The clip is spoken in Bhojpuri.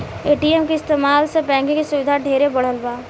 ए.टी.एम के इस्तमाल से बैंकिंग के सुविधा ढेरे बढ़ल बा